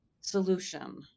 solution